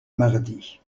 mardi